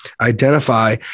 identify